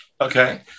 Okay